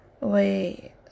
Wait